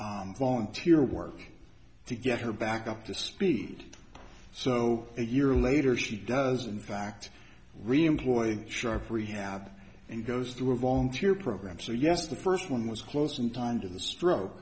y volunteer work to get her back up to speed so a year later she does in fact reemployed sharp rehab and goes through a volunteer program so yes the first one was close in time to the stroke